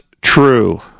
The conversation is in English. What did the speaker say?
true